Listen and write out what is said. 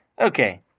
Okay